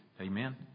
Amen